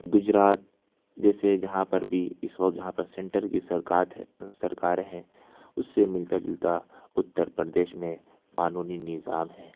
گجرات جیسے جہاں پر بھی اس وقت جہاں پر سینٹر کی سرکار ہے سرکاریں ہیں اس سے ملتا جلتا اتّر پردیش میں قانونی نظام ہے